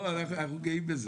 לא, אנחנו גאים בזה.